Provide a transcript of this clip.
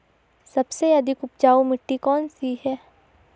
सबसे अधिक उपजाऊ मिट्टी कौन सी है?